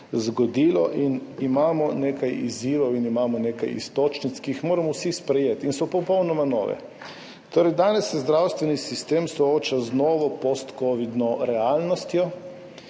zgodilo. Imamo nekaj izzivov in imamo nekaj iztočnic, ki jih moramo vsi sprejeti in so popolnoma nove. Danes se zdravstveni sistem sooča z novo postkovidno realnostjo,